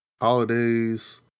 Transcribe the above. holidays